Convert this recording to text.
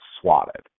swatted